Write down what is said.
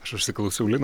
aš užsiklausiau lino